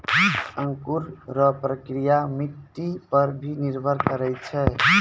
अंकुर रो प्रक्रिया मट्टी पर भी निर्भर करै छै